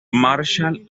marshall